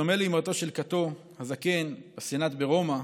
בדומה לאמרתו של קאטו הזקן בסנאט ברומא,